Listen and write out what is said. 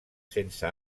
sense